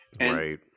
right